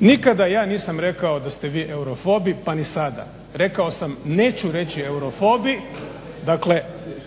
Nikada ja nisam rekao da ste vi eurofobi, pa ni sada. Rekao sam neću reći eurofobi, dakle